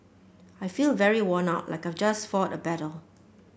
I feel very worn out like I've just fought a battle